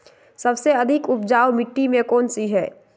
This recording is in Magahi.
सबसे अधिक उपजाऊ मिट्टी कौन सी हैं?